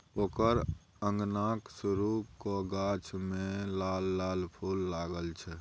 ओकर अंगनाक सुरू क गाछ मे लाल लाल फूल लागल छै